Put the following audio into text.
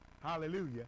hallelujah